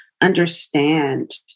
understand